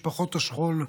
משפחות השכול,